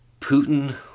Putin